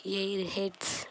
airheads